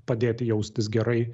padėti jaustis gerai